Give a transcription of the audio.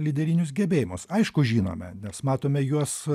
lyderinius gebėjimus aišku žinome nes matome juos